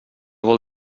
vol